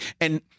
And-